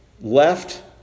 left